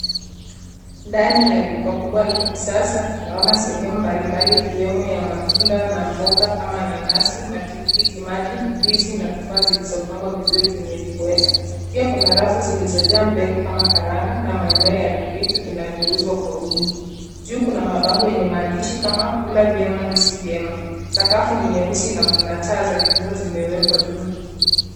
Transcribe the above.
Ndani ya duka kubwa la kisasa, tunaona sehemu mbalimbali ikiwemo ya matunda na mboga kama nanasi, matikitimaji, ndizi na tufaha zilizopangwa vizuri kwenye vibweta. Pia kuna rafu zilizojaa mbegu kama karanga na maeneo ya vitu vinavyouzwa kwa wingi. Juu kuna mabango yenye maandishi kama kula vyema, hisi vyema. Sakafu ni nyeusi na kuna taa za kisa zimewekwa juu.